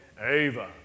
Ava